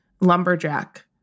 lumberjack